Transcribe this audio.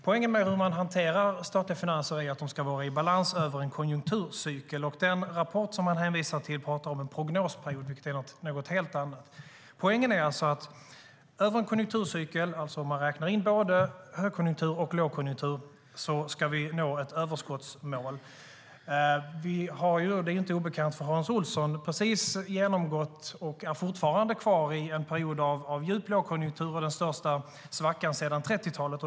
Poängen med hur man hanterar statliga finanser är att de ska vara i balans över en konjunkturcykel. Den rapport som han hänvisar till pratar om en prognosperiod, vilket är något helt annat. Över en konjunkturcykel, om man räknar in både högkonjunktur och lågkonjunktur, ska vi nå ett överskottsmål. Vi har - det är inte obekant för Hans Olsson - precis genomgått och är fortfarande kvar i en period av djup lågkonjunktur och den största svackan sedan 30-talet.